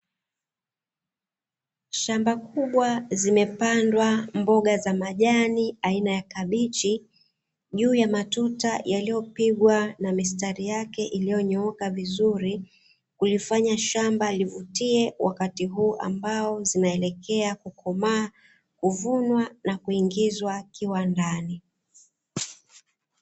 Shamba kubwa zimepandwa mboga za majani aina ya kabichi, juu ya matuta yaliyopigwa na mistari yake iliyonyooka vizuri; kulifanya shamba livutie wakati huu ambao zinaelekea kukomaa, kuvunwa na kuingizwa kiwandani.